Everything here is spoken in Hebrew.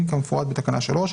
ערך" כהגדרתו בסעיף 30(י)